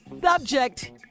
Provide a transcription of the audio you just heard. Subject